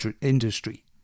industry